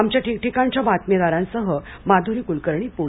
आमच्या ठिकठिकाणच्या बातमीदारांसह माधुरी कुलकर्णी पुणे